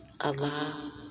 Allah